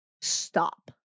stop